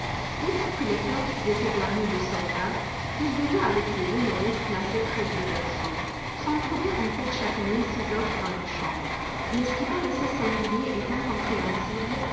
outre que les portes étaient garnies de soldats il devait avec les deux nourrices placées près du berceau s'en trouver encore chaque nuit six autres dans la chambre mais ce qui paraissait singulier et incompréhensible